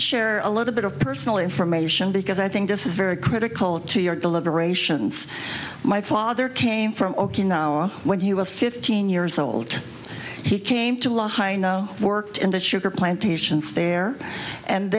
share a little bit of personal information because i think this is very critical to your deliberations my father came from okinawa when he was fifteen years old he came to la heino worked in the sugar plantations there and